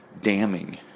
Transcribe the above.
damning